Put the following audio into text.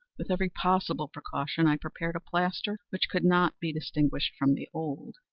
with every possible precaution, i prepared a plaster which could not be distinguished from the old,